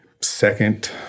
second